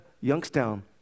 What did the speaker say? Youngstown